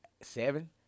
seven